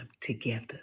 together